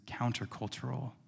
countercultural